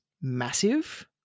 massive